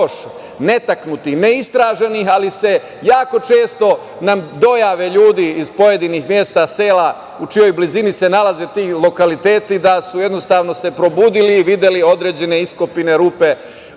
još neistraženo i jako često nam dojave ljudi iz pojedinih mesta, sela, u čijoj blizini se nalaze ti lokaliteti, da su se jednostavno probudili i videli određene iskopine i rupe